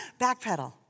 Backpedal